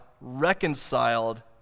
reconciled